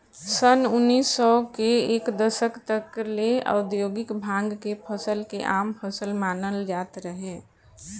सन उनऽइस सौ के दशक तक ले औधोगिक भांग के फसल के आम फसल मानल जात रहे